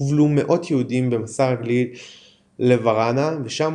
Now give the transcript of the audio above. הובלו מאות יהודים במסע רגלי לווארנה ושם